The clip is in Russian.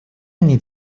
они